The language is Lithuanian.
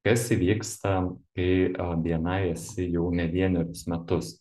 kas įvyksta kai a bni esi jau ne vienerius metus